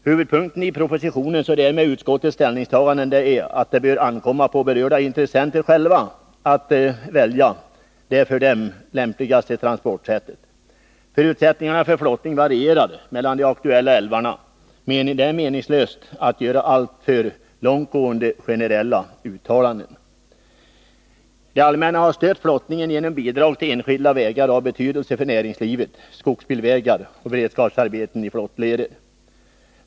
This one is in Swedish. Huvudpunkten i propositionens och därmed utskottets ställningstaganden är att det bör ankomma på berörda intressenter själva att välja det för dem lämpligaste transportsättet. Förutsättningarna för flottning varierar mellan de aktuella älvarna. Det är meningslöst att göra alltför långtgående generella uttalanden. Det allmänna har stött flottningen genom bidrag till enskilda vägar av betydelse för näringslivet, skogsbilvägar och beredskapsarbeten i flottleder.